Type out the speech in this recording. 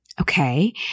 Okay